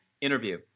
interview